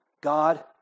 God